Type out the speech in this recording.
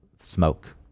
smoke